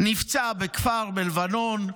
נפצע בכפר בלבנון,